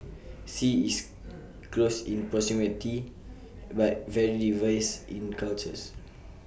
sea is close in proximity but very diverse in cultures